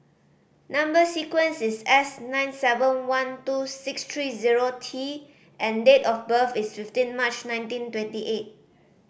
number sequence is S nine seven one two six three zero T and date of birth is fifteen March nineteen twenty eight